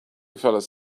fellas